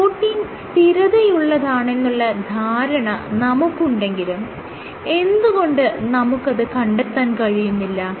protein സ്ഥിരതയുള്ളതാണെന്നുള്ള ധാരണ നമുക്കുണ്ടെങ്കിലും എന്തുകൊണ്ട് നമുക്കത് കണ്ടെത്താൻ കഴിയുന്നില്ല